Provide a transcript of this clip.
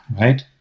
right